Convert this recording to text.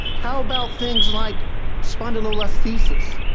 how about things like spondylolisthesis?